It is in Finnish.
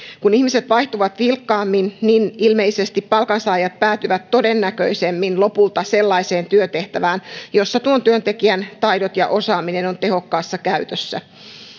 kun ihmiset vaihtuvat vilkkaammin niin ilmeisesti palkansaajat päätyvät todennäköisemmin lopulta sellaiseen työtehtävään jossa tuon työntekijän taidot ja osaaminen ovat tehokkaassa käytössä